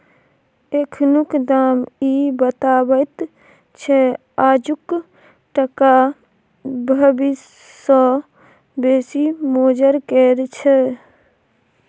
एखनुक दाम इ बताबैत छै आजुक टका भबिस सँ बेसी मोजर केर छै